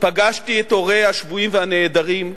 פגשתי את הורי השבויים והנעדרים,